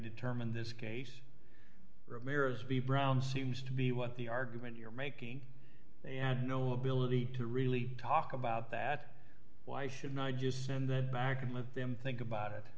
determined this case ramirez to be brown seems to be what the argument you're making they had no ability to really talk about that why should not just send them back and let them think about it